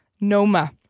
noma